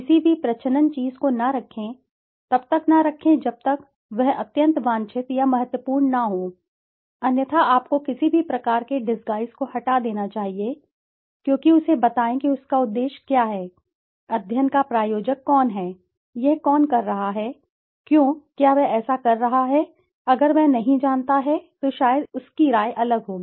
किसी भी प्रच्छन्न चीज को न रखें तब तक न रखें जब तक जब तक वह अत्यंत वांछित या महत्वपूर्ण न हो अन्यथा आपको किसी भी प्रकार के डिसगाइज को हटा देना चाहिए क्योंकि उसे बताएं कि इसका उद्देश्य क्या है अध्ययन का प्रायोजक कौन है यह कौन कर रहा है क्यों क्या वह ऐसा कर रहा है अगर वह नहीं जानता है तो शायद उसकी राय अलग होगी